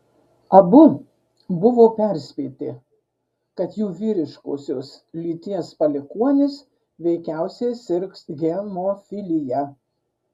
abu buvo perspėti kad jų vyriškosios lyties palikuonis veikiausiai sirgs hemofilija